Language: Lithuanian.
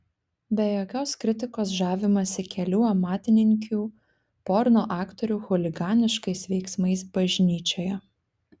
be jokios kritikos žavimasi kelių amatininkių porno aktorių chuliganiškais veiksmais bažnyčioje